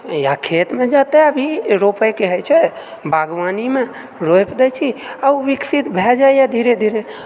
या खेतमऽ जतय भी रोपयके होय छै बागवानीमे रोपि दैत छी आ ओ विकसित भै जाइए धीरे धीरे